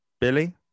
billy